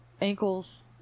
ankles